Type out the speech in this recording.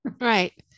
Right